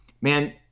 man